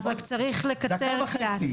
אז רק צריך לקצר קצת.